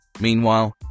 Meanwhile